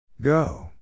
Go